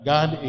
God